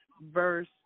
verse